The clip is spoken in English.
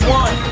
one